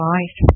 Right